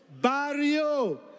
Barrio